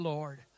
Lord